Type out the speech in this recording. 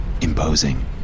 imposing